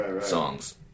songs